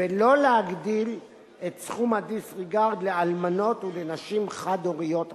ולא להגדיל את סכום ה-disregard לאלמנות ולנשים חד-הוריות אחרות.